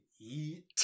eat